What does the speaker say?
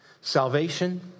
salvation